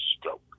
stroke